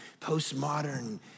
postmodern